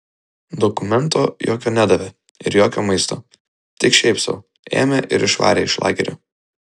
dokumento jokio nedavė ir jokio maisto tik šiaip sau ėmė ir išvarė iš lagerio